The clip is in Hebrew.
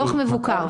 דוח מבוקר.